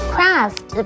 Craft